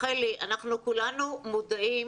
רחלי, אנחנו כולנו מודעים